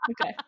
Okay